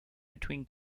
between